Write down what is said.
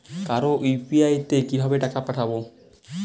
কারো ইউ.পি.আই তে কিভাবে টাকা পাঠাবো?